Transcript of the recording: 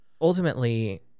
Ultimately